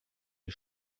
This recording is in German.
die